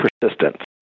persistent